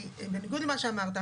בניגוד למה שאמרת,